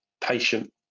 patient